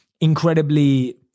incredibly